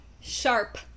Sharp